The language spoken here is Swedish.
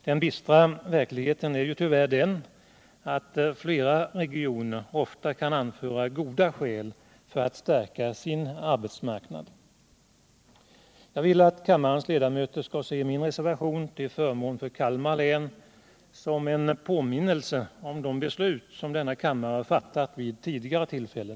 Den bistra verkligheten är tyvärr den att flera regioner ofta kan anföra goda skäl för en förstärkning av sin arbetsmarknad. Jag vill att kammarens ledamöter skall se min reservation till förmån för Kalmar län som en påminnelse om de beslut som denna kammare fattat vid tidigare tillfällen.